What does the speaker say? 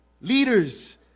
Leaders